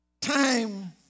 Time